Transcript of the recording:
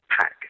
pack